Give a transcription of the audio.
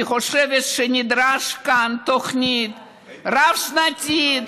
אני חושבת שנדרשת כאן תוכנית רב-שנתית